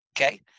okay